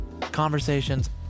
Conversations